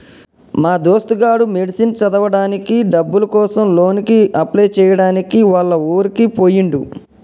మా దోస్తు గాడు మెడిసిన్ చదవడానికి డబ్బుల కోసం లోన్ కి అప్లై చేయడానికి వాళ్ల ఊరికి పోయిండు